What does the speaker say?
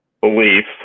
belief